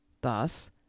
Thus